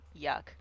yuck